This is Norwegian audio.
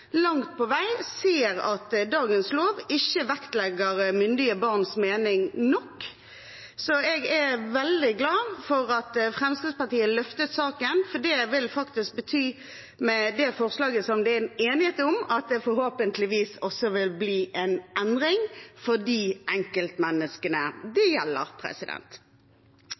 langt på vei ser at dagens lov ikke vektlegger myndige barns mening nok. Så jeg er veldig glad for at Fremskrittspartiet løftet fram saken, for med det forslaget det er enighet om, vil det forhåpentligvis bety at det vil bli en endring for de enkeltmenneskene dette gjelder.